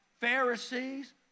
Pharisees